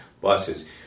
buses